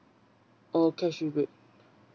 oh cash rebate